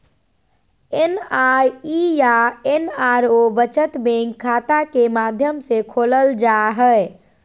NRE या NRO बचत bank खाता के माध्यम से खोलल जा हइ